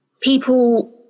people